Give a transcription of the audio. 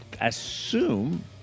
assume